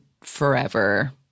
forever